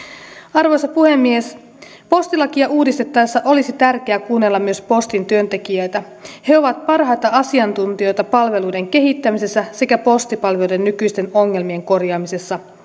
arvoisa puhemies postilakia uudistettaessa olisi tärkeä kuunnella myös postin työntekijöitä he ovat parhaita asiantuntijoita palveluiden kehittämisessä sekä postipalveluiden nykyisten ongelmien korjaamisessa